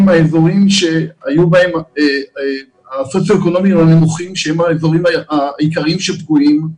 מהאזורים הסוציו אקונומיים הנמוכים שהם האזורים העיקריים שפגועים.